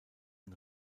den